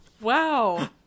Wow